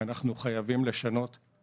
אנחנו חייבים לשנות את סדר העדיפויות.